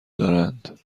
دارند